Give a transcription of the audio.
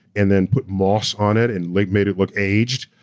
and then put moss on it, and like made it look aged,